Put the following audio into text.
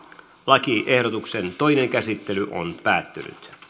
lakiehdotuksen toinen käsittely päättyi